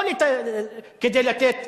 לא כדי לתת